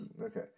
okay